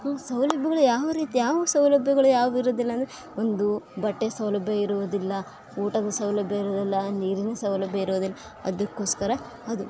ಸೌಲಭ್ಯಗಳು ಯಾವ ರೀತಿ ಯಾವ ಸೌಲಭ್ಯಗಳು ಯಾವ ಇರುದಿಲ್ಲ ಅಂದರೆ ಒಂದು ಬಟ್ಟೆ ಸೌಲಭ್ಯ ಇರುವುದಿಲ್ಲ ಊಟದ ಸೌಲಭ್ಯ ಇರುವುದಿಲ್ಲ ನೀರಿನ ಸೌಲಭ್ಯ ಇರುವುದಿಲ್ಲ ಅದಕ್ಕೋಸ್ಕರ ಅದು